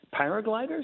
paragliders